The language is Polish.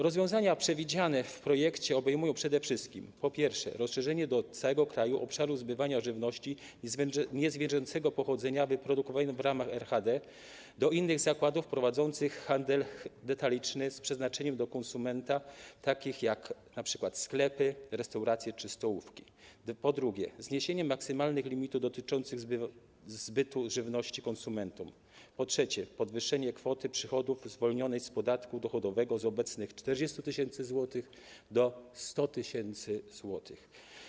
Rozwiązania przewidziane w projekcie obejmują przede wszystkim, po pierwsze, rozszerzenie na cały kraj obszaru zbywania żywności niezwierzęcego pochodzenia wyprodukowanej w ramach RHD do innych zakładów prowadzących handel detaliczny z przeznaczeniem dla konsumenta, takich jak np. sklepy, restauracje czy stołówki, po drugie, zniesienie maksymalnych limitów dotyczących zbytu żywności konsumentom, po trzecie, podwyższenie kwoty przychodów zwolnionej z podatku dochodowego z obecnych 40 tys. zł do 100 tys. zł.